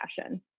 fashion